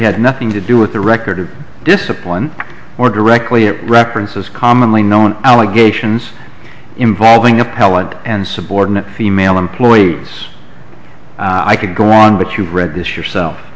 had nothing to do with the record of discipline or directly it records as commonly known allegations involving appellant and subordinate female employees i could go on but you've read this yourself